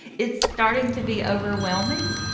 it's starting to be overwhelming.